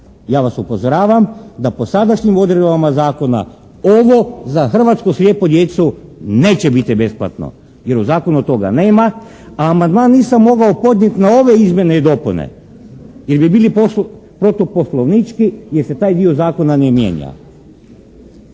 Ja vas upozoravam da po sadašnjim odredbama zakona ovo za hrvatsku slijepu djecu neće biti besplatno jer u zakonu toga nema, a amandman nisam mogao podnijeti na ove izmjene i dopune jer bi bili protuposlovnički jer se taj dio zakona ne mijenja.